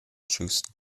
chose